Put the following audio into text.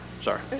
Sorry